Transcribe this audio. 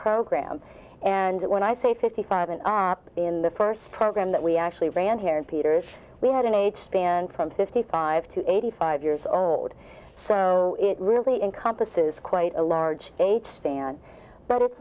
program and when i say fifty five and up in the first program that we actually ran here peters we had an age span from fifty five to eighty five years old so it really in compass is quite a large age span but it's